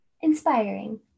Inspiring